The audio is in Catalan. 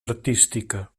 artística